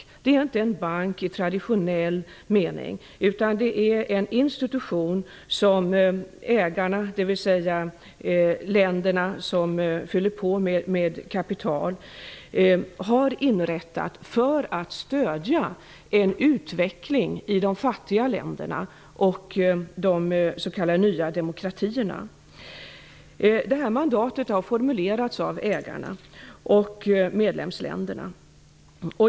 Det är inte en bank i traditionell mening. Det är en institution som de ägare, dvs. länder, som fyller på med kapital har inrättat för att stödja en utveckling i de fattiga länderna och i de s.k. nya demokratierna. Detta mandat har formulerats av ägarna och medlemsländerna.